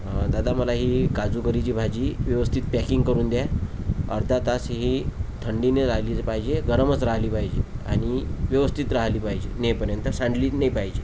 दादा मला ही काजू करीची भाजी व्यवस्थित पॅकिंग करून द्या अर्धा तास ही थंडी ने राहिलीच पाहिजे गरमच राहिली पाहिजे आणि व्यवस्थित राहिली पाहिजे नेईपर्यंत सांडलीच नाही पाहिजे